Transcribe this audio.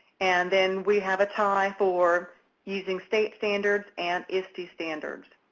and then we have a tie for using state standards and iste standards.